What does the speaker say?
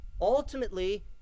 ultimately